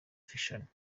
fiction